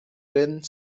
laine